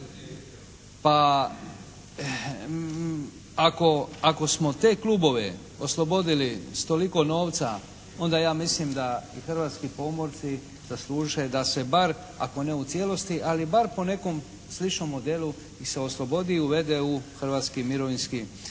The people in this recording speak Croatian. Pa ako smo te klubove oslobodili s toliko novca, onda ja mislim da i hrvatski pomorci zasluže da se bar, ako ne u cijelosti, ali bar po nekom sličnom modelu ih se oslobodi i uvede u hrvatski mirovinski sustav